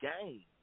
game